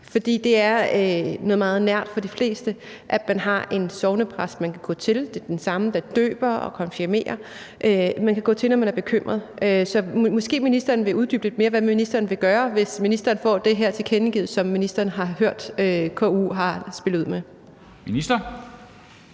for det er noget meget nært for de fleste, at man har en sognepræst, man kan gå til, når man er bekymret, og at det er den samme, der døber og konfirmerer. Så måske ministeren vil uddybe lidt mere, hvad ministeren vil gøre, hvis ministeren får det her tilkendegivet, som ministeren har hørt KU har spillet ud med. Kl.